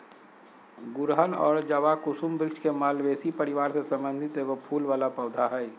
गुड़हल और जवाकुसुम वृक्ष के मालवेसी परिवार से संबंधित एगो फूल वला पौधा हइ